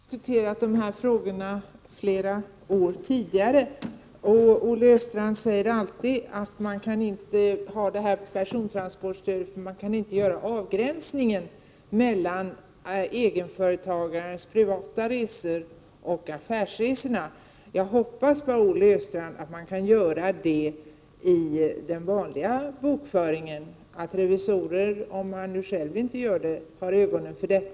Herr talman! Olle Östrand och jag har diskuterat de här frågorna flera tidigare år. Olle Östrand säger alltid att man inte kan ha det här persontransportstödet därför att man inte kan göra avgränsningen mellan egenföretagarens privata resor och affärsresorna. Jag hoppas bara, Olle Östrand, att man kan göra det i den vanliga bokföringen, att revisorn har ögonen på detta om man nu inte själv har det.